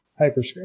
hyperscript